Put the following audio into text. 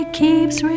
keeps